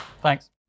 Thanks